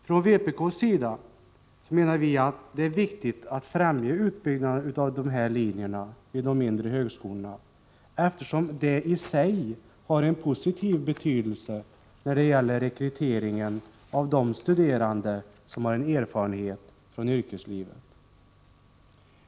Från vpk:s sida menar vi att det är viktigt att fträmja utbyggnaden av dessa linjer vid de mindre högskolorna, eftersom det i sig har en positiv betydelse när det gäller rekryteringen av studerande som har erfarenhet från yrkeslivet.